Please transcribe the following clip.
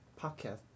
podcast